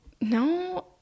No